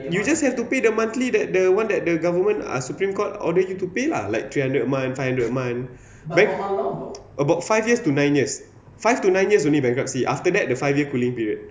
you just have to pay the monthly that the one that the government uh supreme court order you to pay lah like three hundred a month five hundred a month bank about five years to nine years five to nine years only bankruptcy after that the five year cooling period